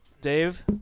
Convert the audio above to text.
Dave